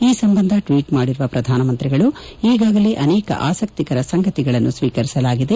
ಈ ಸಂಬಂಧ ಟ್ವೀಟ್ ಮಾಡಿರುವ ಪ್ರಧಾನಮಂತ್ರಿಗಳು ಈಗಾಗಲೇ ಅನೇಕ ಆಸಕ್ತಿಕರ ಸಂಗತಿಗಳನ್ನು ಚ್ವೀಕಾರ ಮಾಡಲಾಗಿದೆ